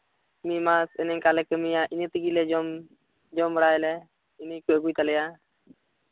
ᱢᱤᱫ ᱢᱟᱥ ᱤᱱᱟᱹ ᱮᱝᱠᱟᱞᱮ ᱠᱟᱹᱢᱤᱭᱟ ᱤᱱᱟᱹ ᱛᱮᱜᱮᱞᱮ ᱡᱚᱢ ᱡᱚᱢ ᱵᱟᱲᱟᱭᱟᱞᱮ ᱤᱱᱟᱹ ᱠᱚ ᱤᱫᱤ ᱠᱟᱞᱮᱭᱟ